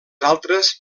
altres